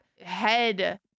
head